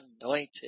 anointed